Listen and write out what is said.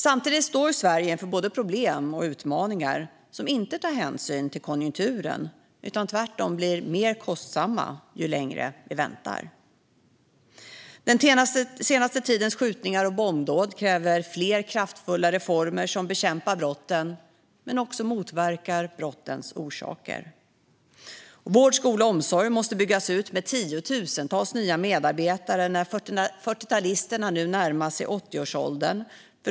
Samtidigt står Sverige inför både problem och utmaningar som inte tar hänsyn till konjunkturen utan tvärtom blir mer kostsamma ju längre vi väntar. Den senaste tidens skjutningar och bombdåd kräver fler kraftfulla reformer som bekämpar brotten men också motverkar brottens orsaker. Vård, skola och omsorg måste byggas ut med tiotusentals nya medarbetare när 40-talisterna nu närmar sig 80-årsåldern.